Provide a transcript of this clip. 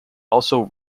also